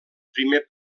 primer